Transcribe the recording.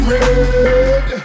red